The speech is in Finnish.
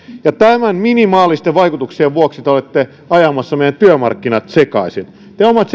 ja näiden minimaalisten vaikutusten vuoksi te olette ajamassa meidän työmarkkinat sekaisin teidän omat